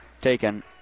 taken